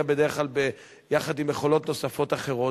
בדרך כלל יחד עם מכולות נוספות אחרות,